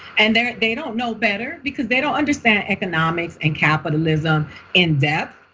and they're they don't know better, because they don't understand economics and capitalism in depth.